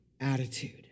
attitude